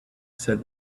said